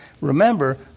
Remember